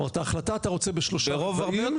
כלומר, את ההחלטה אתה רוצה בשלושה רבעים?